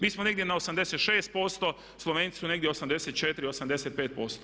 Mi smo negdje na 86%, Slovenci su negdje 84, 85%